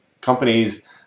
companies